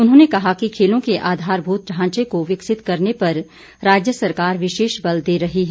उन्होंने कहा कि खेलों के आधारभूत ढांचे को विकसित करने पर राज्य सरकार विशेष बल दे रही है